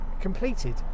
completed